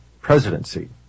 presidency